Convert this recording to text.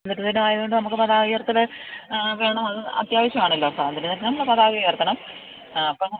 സ്വാതന്ത്ര്യദിനമായതുകൊണ്ട് നമുക്ക് പതാക ഉയർത്തല് വേണം അത് അത്യാവശ്യമാണല്ലോ സ്വാതന്ത്ര്യദിനം നമ്മൾ പതാക ഉയർത്തണം ആ അപ്പോള്